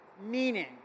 meaning